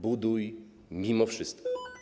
Buduj, mimo wszystko.